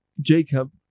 Jacob